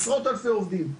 עשרות אלפי עובדים.